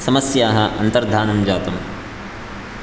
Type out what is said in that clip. समस्याः अन्तर्धानं जातम्